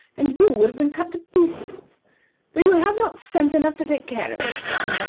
and you would have been cut to pieces for you have not sense enough to take care of yourself.